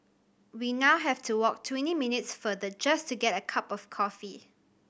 we now have to walk twenty minutes farther just to get a cup of coffee